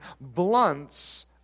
blunts